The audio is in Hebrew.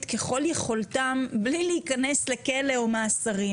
ככל יכולתם בלי להיכנס לכלא או למאסרים,